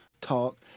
talk